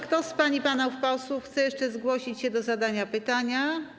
Kto z pań i panów posłów chce jeszcze zgłosić się do zadania pytania?